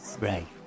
right